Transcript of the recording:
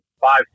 five